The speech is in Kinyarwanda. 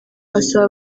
asaba